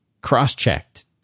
cross-checked